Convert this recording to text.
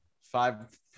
Five